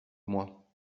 moi